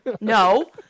no